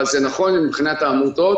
אבל זה נכון מבחינת העמותות,